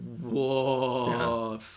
whoa